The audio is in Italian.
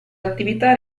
attività